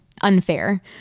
unfair